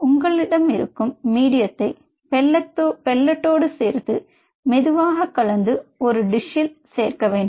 உங்களிடமிருக்கும் மீடியத்தை பெல்லேட்டோடு சேர்த்து மெதுவாக கலந்து ஒரு டிஷ்ஷில் சேர்க்க வேண்டும்